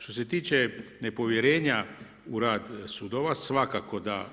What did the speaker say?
Što se tiče nepovjerenja u rad sudova, svakako da